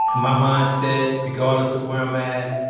and my mindset, regardless of where i'm at,